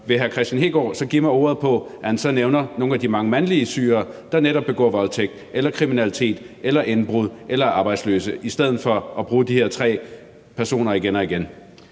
vil hr. Kristian Hegaard så give mig ordet på, at han så nævner nogle af de mange mandlige syrere, der netop begår voldtægt eller kriminalitet eller indbrud eller er arbejdsløse, i stedet for at nævne de her tre personer igen og igen?